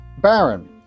Baron